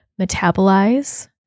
metabolize